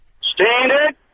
Standard